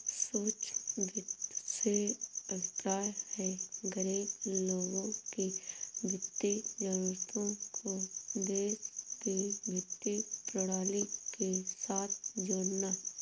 सूक्ष्म वित्त से अभिप्राय है, गरीब लोगों की वित्तीय जरूरतों को देश की वित्तीय प्रणाली के साथ जोड़ना